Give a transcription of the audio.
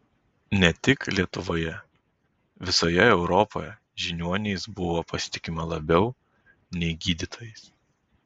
ne tik lietuvoje visoje europoje žiniuoniais buvo pasitikima labiau nei gydytojais